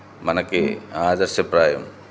మనకి ఆదర్శప్రాయం